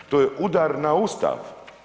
To je udar na Ustav.